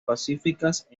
pacíficas